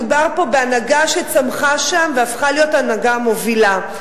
מדובר פה בהנהגה שצמחה שם והפכה להיות הנהגה מובילה.